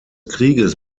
krieges